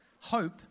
hope